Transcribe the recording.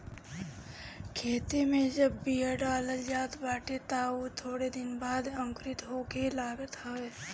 खेते में जब बिया डालल जात बाटे तअ उ थोड़ दिन बाद अंकुरित होखे लागत हवे